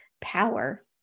power